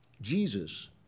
Jesus